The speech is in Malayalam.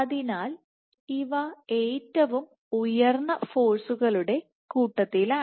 അതിനാൽ ഇവ ഏറ്റവും ഉയർന്ന ഫോഴ്സുകളുടെ കൂട്ടത്തിലാണ്